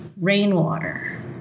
rainwater